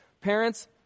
Parents